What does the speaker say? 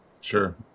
Sure